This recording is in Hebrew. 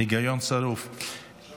פקודת התעבורה (מס'